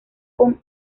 con